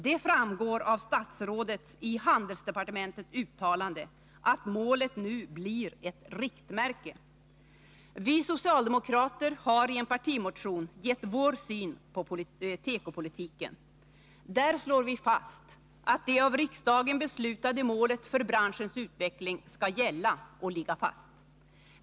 Det framgår av statsrådets i handelsdepartementet uttalande att målet nu blir ett riktmärke. Vi socialdemokrater har i en partimotion gett vår syn på tekopolitiken. Där slår vi fast att det av riksdagen beslutade målet för branschens utveckling skall gälla och ligga fast.